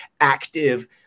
active